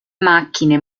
macchine